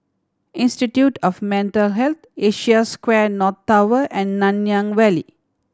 Institute of Mental Health Asia Square North Tower and Nanyang Valley